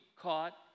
caught